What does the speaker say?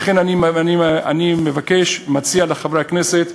לכן אני מבקש, מציע לחברי הכנסת: